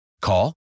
Call